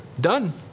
done